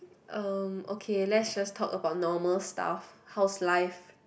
um okay let's just talk about normal stuff how's life